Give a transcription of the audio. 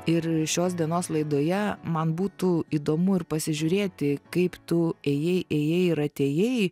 ir šios dienos laidoje man būtų įdomu ir pasižiūrėti kaip tu ėjai ėjai ir atėjai